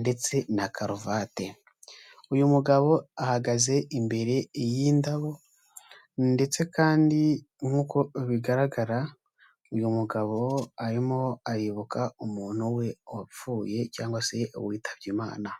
ndetse na karuvate, uyu mugabo ahagaze imbere y'indabo ndetse kandi nk'uko bigaragara, uyu mugabo arimo aribuka umuntu we wapfuye cyangwa se witabye Imana.